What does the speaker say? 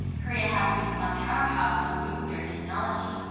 korea has become a powerhouse of nuclear technology,